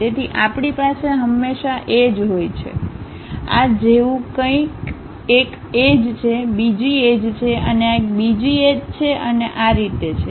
તેથી આપણી પાસે હંમેશા એજ હોય છે આ જેવું કંઈક એક એજ છે બીજી એજ છે અને આ એક બીજી એજ છે અને આ રીતે છે